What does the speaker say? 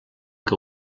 que